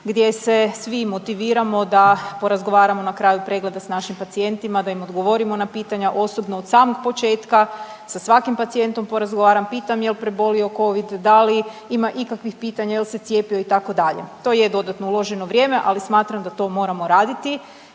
gdje se svi motiviramo da porazgovaramo na kraju pregleda s našim pacijentima, da im odgovorimo na pitanja. Osobno od samih početka sa svakim pacijentom porazgovaram pitam jel prebolio covid, da li ima ikakvih pitanja, jel se cijepio itd. to je dodatno uloženo vrijeme, ali smatram da to moramo raditi